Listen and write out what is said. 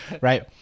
right